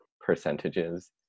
percentages